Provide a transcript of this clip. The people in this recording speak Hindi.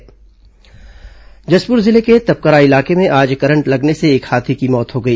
हाथी मौत जशपुर जिले के तपकरा इलाके में आज करंट लगने से एक हाथी की मौत हो गई